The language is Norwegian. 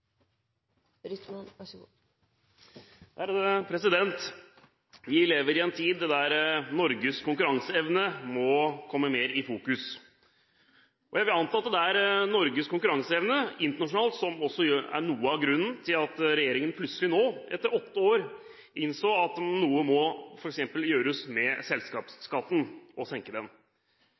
Vi lever i en tid da Norges konkurranseevne må komme mer i fokus. Jeg vil anta at det også er Norges konkurranseevne internasjonalt som er noe av grunnen til at regjeringen plutselig, etter åtte år, innser at noe må gjøres med f.eks. selskapsskatten, dvs. senke den.